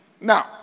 Now